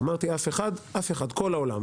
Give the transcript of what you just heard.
אמרתי אף אחד, אף אחד, כל העולם.